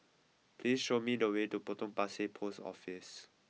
please show me the way to Potong Pasir Post Office